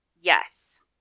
Yes